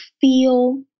feel